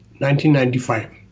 1995